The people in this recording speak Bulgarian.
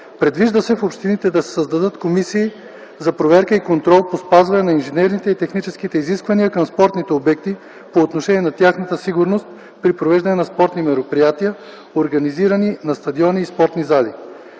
Предвижда се в общините да се създадат комисии за проверка и контрол по спазване на инженерните и техническите изисквания към спортните обекти по отношение на тяхната сигурност при провеждане на спортни мероприятия, организирани на стадиони и спортни зали.